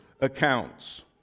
accounts